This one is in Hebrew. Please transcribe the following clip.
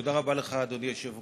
תודה רבה לך, אדוני היושב-ראש,